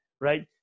Right